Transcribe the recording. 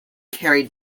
carried